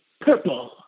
purple